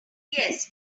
yes